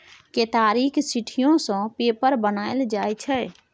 केतारीक सिट्ठीयो सँ पेपर बनाएल जाइ छै